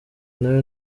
nawe